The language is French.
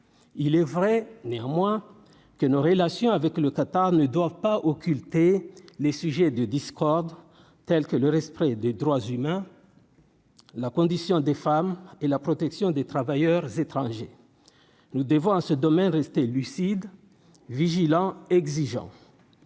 il est vrai néanmoins que nos relations avec le Qatar ne doivent pas occulter les sujets de discorde tels que le respect des droits humains, la condition des femmes et la protection des travailleurs étrangers, nous devons en ce domaine, rester lucide vigilants, exigeants,